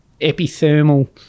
epithermal